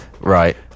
Right